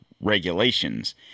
regulations